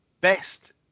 Best